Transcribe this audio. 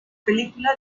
película